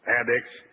addicts